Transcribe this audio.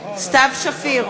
בעד סתיו שפיר,